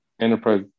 enterprise